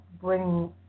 bring